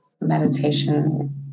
meditation